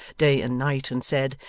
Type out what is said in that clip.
day and night, and said,